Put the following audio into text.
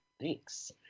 thanks